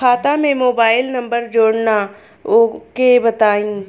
खाता में mobile number जोड़ना ओके बताई?